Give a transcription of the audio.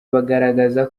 bagaragaza